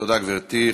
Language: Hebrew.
תודה, גברתי.